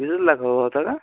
वीसच लाख हव होतं का